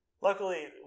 Luckily